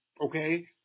okay